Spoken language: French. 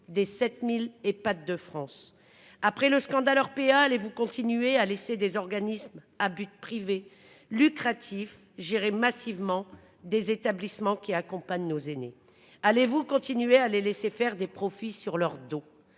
est loin du compte. Après le scandale Orpea, allez-vous continuer à laisser des organismes privés à but lucratif gérer massivement les établissements qui accompagnent nos aînés ? Allez-vous continuer à les laisser faire des profits sur leur dos ?